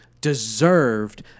deserved